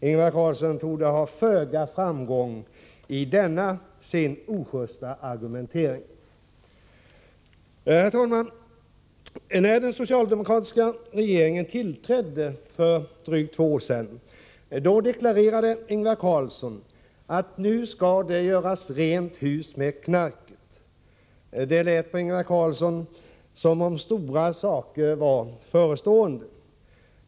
Ingvar Carlsson torde ha föga framgång i denna sin ojusta argumentering. Herr talman! När den socialdemokratiska regeringen tillträdde för drygt två år sedan, deklararerade Ingvar Carlsson att nu skulle det göras rent hus med knarket. Det lät på Ingvar Carlsson som om stora saker var förestående.